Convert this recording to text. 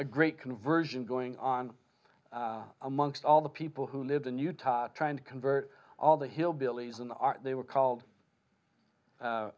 a great conversion going on amongst all the people who lived in utah trying to convert all the hillbillies and they were called